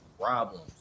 problem